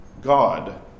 God